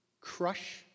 crush